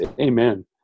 amen